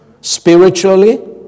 Spiritually